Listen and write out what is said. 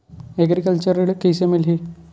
Agriculture ऋण कइसे मिलही?